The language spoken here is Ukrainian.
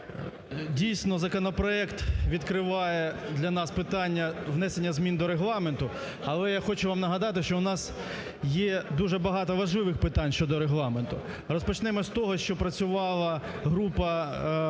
дійсно, законопроект відкриває для нас питання внесення змін до Регламенту, але я хочу вам нагадати, що у нас є дуже багато важливих питань щодо Регламенту. Розпочнемо з того, що працювала група